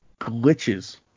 glitches